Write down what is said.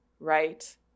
right